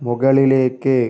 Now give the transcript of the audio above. മുകളിലേക്ക്